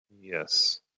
Yes